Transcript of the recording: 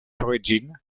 origin